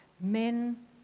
men